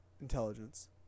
intelligence